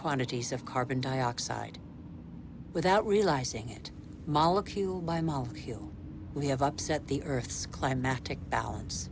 quantities of carbon dioxide without realizing it molecule by molecule we have upset the earth's climatic balance